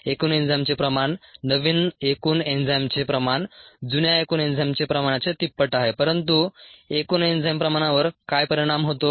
एकूण एन्झाइमचे प्रमाण नवीन एकूण एन्झाइमचे प्रमाण जुन्या एकूण एन्झाइमचे प्रमाणाच्या तिप्पट आहे परंतु एकूण एन्झाइम प्रमाणावर काय परिणाम होतो